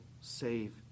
save